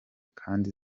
kandi